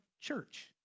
church